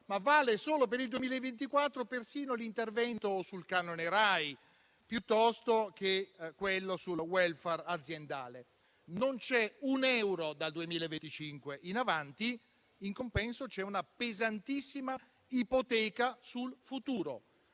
vale solo per il 2024 persino l'intervento sul canone Rai, piuttosto che quello sul *welfare* aziendale. Non c'è un euro dal 2025 in avanti. In compenso, c'è una pesantissima ipoteca sul futuro,